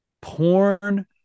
porn